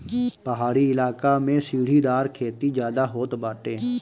पहाड़ी इलाका में सीढ़ीदार खेती ज्यादा होत बाटे